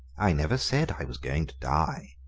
i never said i was going to die.